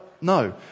no